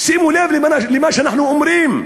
שימו לב למה שאנחנו אומרים.